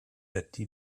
that